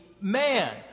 man